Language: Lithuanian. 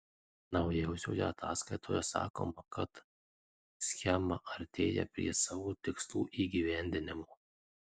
naujausioje ataskaitoje sakoma kad schema artėja prie savo tikslų įgyvendinimo